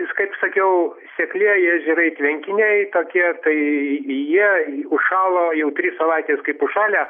jis kaip sakiau seklieji ežerai tvenkiniai tokie tai jie užšalo jau trys savaitės kaip užšalę